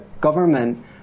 government